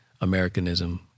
Americanism